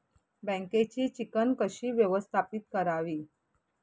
बँकेची चिकण कशी व्यवस्थापित करावी?